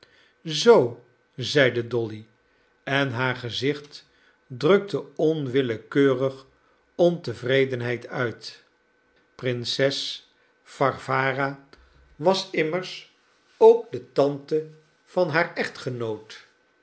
zoo zeide dolly en haar gezicht drukte onwillekeurig ontevredenheid uit prinses warwara was immers ook de tante van haar echtgenoot